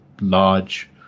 large